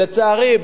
לצערי,